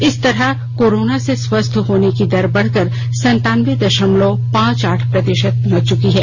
इस तरह कोरोना से स्वस्थ होने की दर बढ़कर संतान्बे दशमलव पांच आठ प्रतिशत पहंच चुकी है